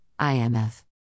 IMF